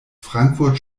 frankfurt